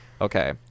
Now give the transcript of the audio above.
Okay